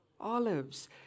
Olives